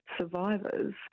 survivors